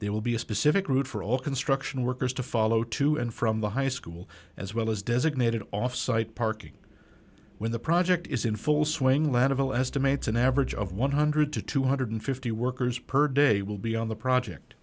there will be a specific route for all construction workers to follow to and from the high school as well as designated off site parking when the project is in full swing let of all estimates an average of one hundred dollars to two hundred and fifty dollars workers per day will be on the project